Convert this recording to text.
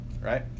right